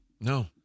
No